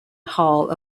hall